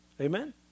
Amen